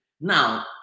Now